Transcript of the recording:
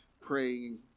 praying